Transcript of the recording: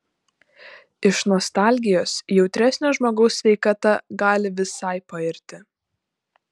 iš nostalgijos jautresnio žmogaus sveikata gali visai pairti